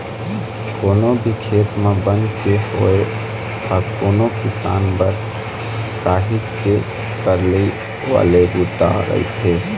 कोनो भी खेत म बन के होवई ह कोनो किसान बर काहेच के करलई वाले बूता रहिथे